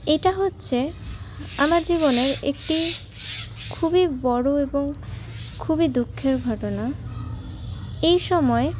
এটা হচ্ছে আমার জীবনের একটি খুবই বড়ো এবং খুবই দুঃখের ঘটনা এই সময়